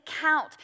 count